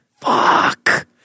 fuck